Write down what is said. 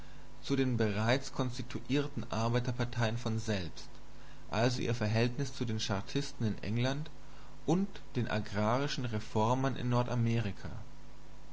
zu den bereits konstituierten arbeiterparteien von selbst also ihr verhältnis zu den chartisten in england und den agrarischen reformern in nordamerika